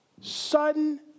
sudden